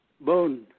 bone